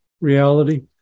reality